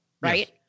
right